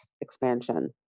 expansion